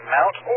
Mount